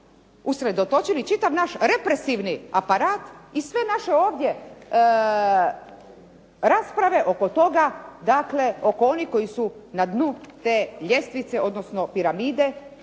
usredotočili i čitav naš represivni aparat i sve naše ovdje rasprave oko toga, oko onih koji su na dnu te ljestvice odnosno piramide,